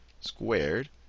squared